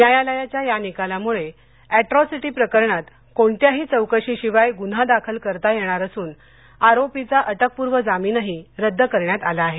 न्यायालयाच्या या निकालामुळे अॅट्रॉसिटी प्रकरणात कोणत्याही चौकशीशिवाय गुन्हा दाखल करता येणार असून आरोपीचा अटकपूर्व जामीनही रद्द करण्यात आला आहे